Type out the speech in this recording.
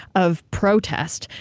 of protest,